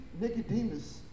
Nicodemus